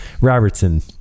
Robertson